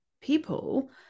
people